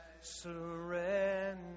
surrender